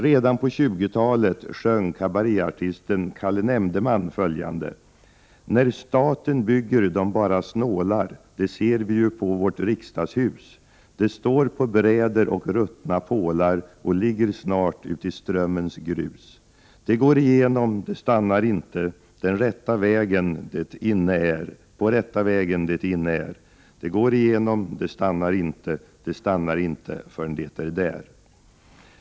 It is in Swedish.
Redan på 20-talet sjöng kabaréartisten Kalle Nämndeman följande: 75 När staten bygger dom bara snålar det ser vi ju på vårt riksdagshus. Det står på bräder och ruttna pålar och ligger snart uti Strömmens grus. Det går igenom, det stannar inte, på rätta vägen det inne är. Det går igenom, det stannar inte, det stannar inte förr'n det är där.